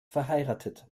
verheiratet